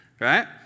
right